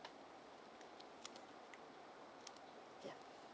ya